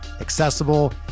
accessible